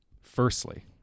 Firstly